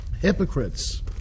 hypocrites